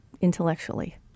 intellectually